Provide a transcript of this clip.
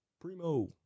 Primo